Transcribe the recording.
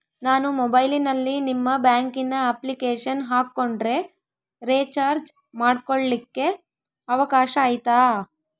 ನಾನು ಮೊಬೈಲಿನಲ್ಲಿ ನಿಮ್ಮ ಬ್ಯಾಂಕಿನ ಅಪ್ಲಿಕೇಶನ್ ಹಾಕೊಂಡ್ರೆ ರೇಚಾರ್ಜ್ ಮಾಡ್ಕೊಳಿಕ್ಕೇ ಅವಕಾಶ ಐತಾ?